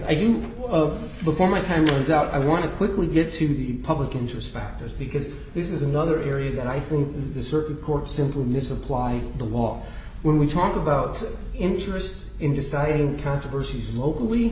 i do of before my time is out i want to quickly get to the public interest factors because this is another area that i think the circuit court simply misapply the wall when we talk about interests in deciding controversies locally